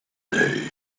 day